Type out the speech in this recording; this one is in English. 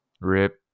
Rip